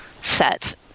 set